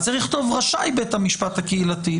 צריך לכתוב רשאי בית המשפט הקהילתי.